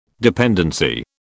Dependency